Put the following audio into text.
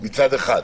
מצד אחד.